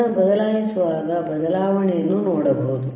ಅದನ್ನು ಬದಲಾಯಿಸುವಾಗ ಬದಲಾವಣೆಯನ್ನು ನೋಡಬಹುದು